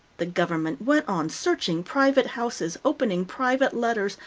the government went on searching private houses, opening private letters,